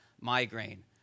migraine